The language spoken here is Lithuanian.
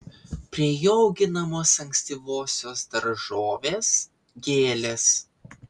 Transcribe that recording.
prie jo auginamos ankstyvosios daržovės gėlės